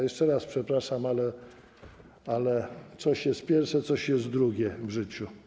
Jeszcze raz przepraszam, ale coś jest pierwsze, coś jest drugie w życiu.